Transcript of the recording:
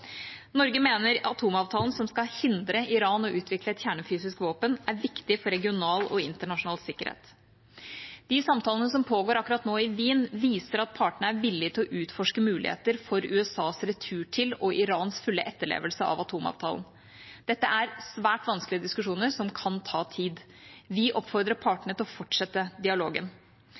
Norge mener at atomavtalen – som skal hindre Iran i å utvikle et kjernefysisk våpen – er viktig for regional og internasjonal sikkerhet. De samtalene som pågår i Wien akkurat nå, viser at partene er villige til å utforske muligheter for USAs retur til og Irans fulle etterlevelse av atomavtalen. Dette er svært vanskelige diskusjoner, som kan ta tid. Vi oppfordrer partene til å fortsette dialogen.